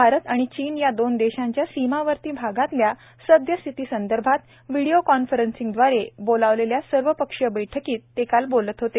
भारत आणि चीन या दोन देशांच्या सीमावर्ती भागातल्या सदयस्थितीसंदर्भात व्हिडीओ कॉन्फरन्सदवारे बोलावलेल्या सर्वपक्षीय बैठकीत ते काल बोलत होते